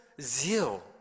zeal